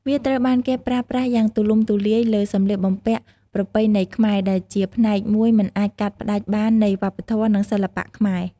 វាត្រូវបានគេប្រើប្រាស់យ៉ាងទូលំទូលាយលើសម្លៀកបំពាក់ប្រពៃណីខ្មែរ ដែលជាផ្នែកមួយមិនអាចកាត់ផ្តាច់បាននៃវប្បធម៌ និងសិល្បៈខ្មែរ។